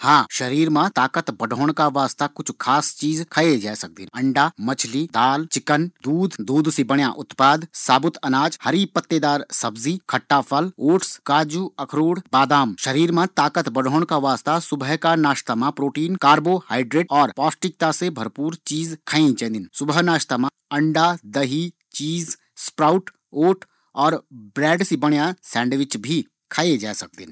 हाँ शरीर मा ताकत बढ़ोन का वास्ता कुछ ख़ास चीज खाये जे सकदिन, अंडा मछली मांस दूध और दूध सी बणाया उत्पाद ताकत का वास्ता बहुत फायदेमंद होदिन, सबूत अनाज फल काजू खट्टा फल भी शरीर मा ताकत बढ़ोदिन।